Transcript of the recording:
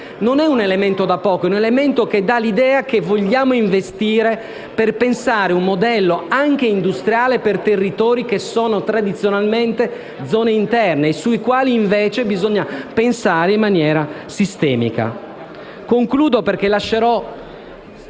Non è un elemento da poco, è un elemento che dà l'idea che vogliamo investire per pensare un modello anche industriale per territori che tradizionalmente sono zone interne e su cui bisogna pensare in maniera sistemica. Per gli